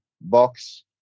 box